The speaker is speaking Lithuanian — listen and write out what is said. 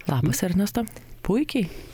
labas ernesta puikiai